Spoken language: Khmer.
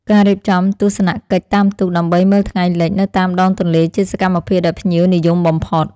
ការរៀបចំទស្សនកិច្ចតាមទូកដើម្បីមើលថ្ងៃលិចនៅតាមដងទន្លេជាសកម្មភាពដែលភ្ញៀវនិយមបំផុត។